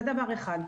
זה דבר אחד.